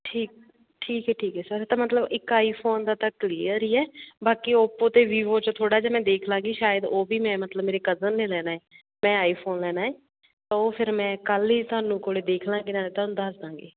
ਠੀਕ ਠੀਕ ਹੈ ਠੀਕ ਹੈ ਸਰ ਤਾਂ ਮਤਲਬ ਇੱਕ ਆਈਫੋਨ ਦਾ ਤਾਂ ਕਲੀਅਰ ਹੀ ਹੈ ਬਾਕੀ ਓਪੋ ਅਤੇ ਵੀਵੋ 'ਚ ਥੋੜ੍ਹਾ ਜਿਹਾ ਮੈਂ ਦੇਖ ਲਵਾਂਗੀ ਸ਼ਾਇਦ ਉਹ ਵੀ ਮੈਂ ਮਤਲਬ ਮੇਰੇ ਕਜ਼ਨ ਨੇ ਲੈਣਾ ਮੈਂ ਆਈਫੋਨ ਲੈਣਾ ਹੈ ਤਾਂ ਉਹ ਫਿਰ ਮੈਂ ਕੱਲ੍ਹ ਹੀ ਤੁਹਾਨੂੰ ਕੋਲ ਦੇਖ ਲਵਾਂਗੇ ਨਾਲੇ ਤੁਹਾਨੂੰ ਦੱਸ ਦੇਵਾਂਗੇ